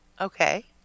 Okay